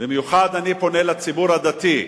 במיוחד אני פונה לציבור הדתי.